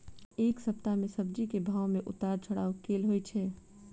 एक सप्ताह मे सब्जी केँ भाव मे उतार चढ़ाब केल होइ छै?